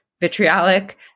vitriolic